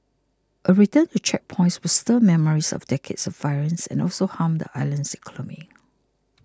a return to checkpoints would stir memories of decades of violence and also harm the island's economy